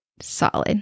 solid